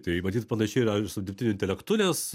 tai matyt panašiai yra ir su dirbtiniu intelektu nes